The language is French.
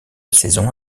saisons